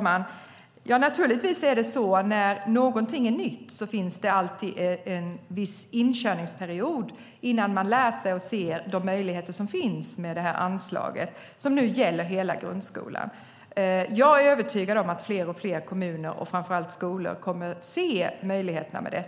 Herr talman! När någonting är nytt finns det naturligtvis alltid en viss inkörningsperiod innan man lärt sig att se de möjligheter som finns, i detta fall med anslaget som nu gäller hela grundskolan. Jag är övertygad om att fler och fler kommuner, och framför allt skolor, kommer att se möjligheterna med det.